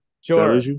Sure